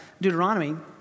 Deuteronomy